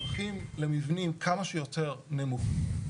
הולכים למבנים כמה שיותר נמוכים.